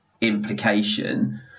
implication